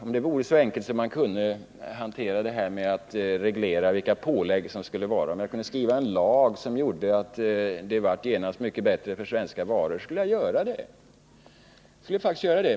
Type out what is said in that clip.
Om det vore så enkelt att man kunde reglera vilka pålägg som skulle gälla! Om jag kunde skriva en lag som förbättrade marknaden för svenska varor, så skulle jag göra det.